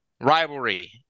rivalry